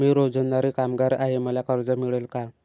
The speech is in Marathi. मी रोजंदारी कामगार आहे मला कर्ज मिळेल का?